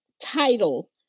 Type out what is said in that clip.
title